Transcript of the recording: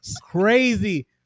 Crazy